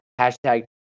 hashtag